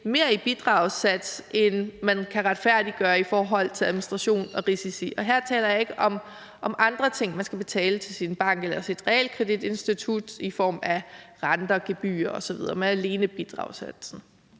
mere i bidragssats, end man kan retfærdiggøre i forhold til administration og risici? Her taler jeg ikke om andre ting, man skal betale til sin bank eller sit realkreditinstitut i form af renter og gebyrer osv., men alene om bidragssatsen.